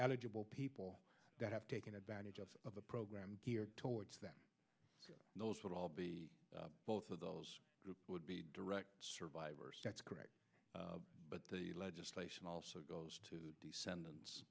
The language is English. eligible people that have taken advantage of a program geared towards that those would all be both of those would be direct survivors correct but the legislation also goes to descendants